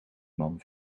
man